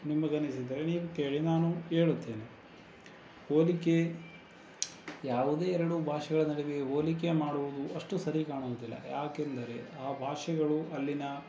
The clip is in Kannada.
ನಿಮಗನಿಸಿದರೆ ನೀವು ಕೇಳಿ ನಾನು ಏಳುತ್ತೇನೆ ಹೋಲಿಕೆ ಯಾವುದೇ ಎರಡು ಭಾಷೆಗಳ ನಡುವೆ ಹೋಲಿಕೆ ಮಾಡುವುದು ಅಷ್ಟು ಸರಿ ಕಾಣುವುದಿಲ್ಲ ಯಾಕೆಂದರೆ ಆ ಭಾಷೆಗಳು ಅಲ್ಲಿನ